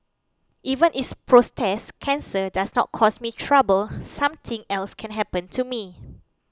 even if prostate cancer does not cause me trouble something else can happen to me